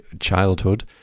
childhood